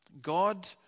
God